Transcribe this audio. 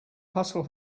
hustle